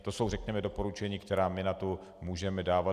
To jsou řekněme doporučení, která můžeme dávat.